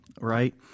right